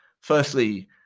firstly